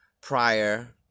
prior